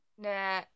Nah